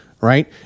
right